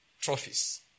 trophies